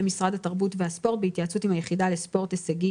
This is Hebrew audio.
משרד התרבות והספורט בהתייעצות עם היחידה לספורט הישגי